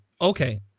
okay